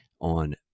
on